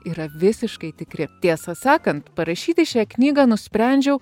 yra visiškai tikri tiesą sakant parašyti šią knygą nusprendžiau